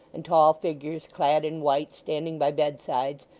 and tall figures clad in white standing by bed-sides,